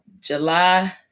july